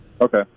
Okay